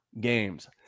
games